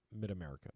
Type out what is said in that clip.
mid-America